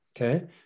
okay